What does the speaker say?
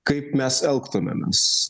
kaip mes elgtumėmės